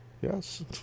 yes